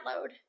load